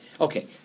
Okay